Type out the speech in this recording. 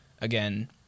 again